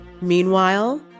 Meanwhile